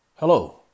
Hello